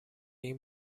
این